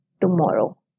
tomorrow